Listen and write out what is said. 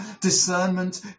discernment